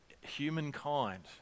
humankind